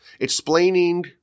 explaining